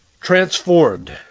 Transformed